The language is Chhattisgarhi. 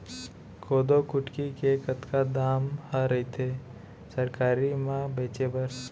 कोदो कुटकी के कतका दाम ह रइथे सरकारी म बेचे बर?